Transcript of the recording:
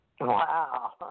Wow